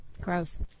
Gross